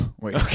Wait